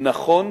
נכון